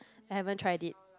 I haven't tried it